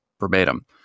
verbatim